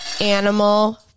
animal